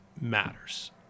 matters